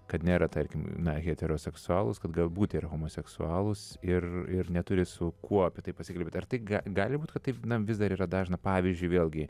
kad nėra tarkim na heteroseksualūs kad galbūt yra homoseksualūs ir ir neturi su kuo apie tai pasikalbėt ar tai ga gali būti kad taip na vis dar yra dažna pavyzdžiui vėlgi